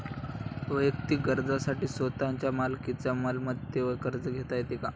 वैयक्तिक गरजांसाठी स्वतःच्या मालकीच्या मालमत्तेवर कर्ज घेता येतो का?